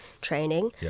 training